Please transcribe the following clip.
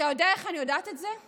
אתה יודע איך אני יודעת את זה?